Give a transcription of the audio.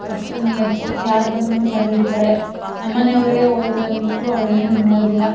ಅಷ್ಟು ನಿಯತ್ತು ಯಾರು ಬಂದ್ರೂ ಕಂಡ್ಹಿಡಿತಾಳೆ ನಮ್ಮ ಮನೆಯವ್ರೇ ಹೋದರು ಅಂತಂದರೂ ಅವ್ಳು ಏನು ಇದ್ಮಾಡೋದಿಲ್ಲ